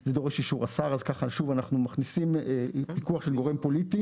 זה דורש את אישור השר וככה אנחנו מכניסים פיקוח של גורם פוליטי,